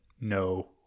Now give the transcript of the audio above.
no